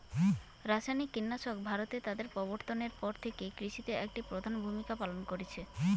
রাসায়নিক কীটনাশক ভারতে তাদের প্রবর্তনের পর থেকে কৃষিতে একটি প্রধান ভূমিকা পালন করেছে